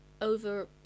over